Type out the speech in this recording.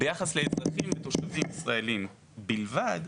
ביחס לאזרחים ותושבים ישראלים בלבד,